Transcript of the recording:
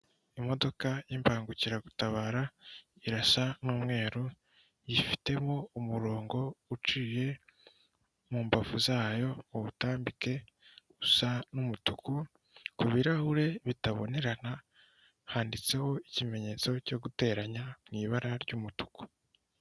Imodoka y'imbangukiragutabara irasa n'umweru, ifitemo umurongo uciye mu mbavu zayo ubutambike usa n'umutuku, ku birarahuri bitabonerana handitseho ikimenyetso cyo guteranya mu ibara ry'umutuku.